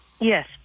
Yes